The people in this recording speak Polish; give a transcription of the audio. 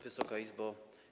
Wysoka Izbo!